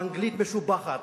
באנגלית משובחת,